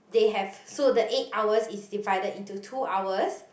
they have so the eight hours is divided into two hours